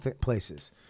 places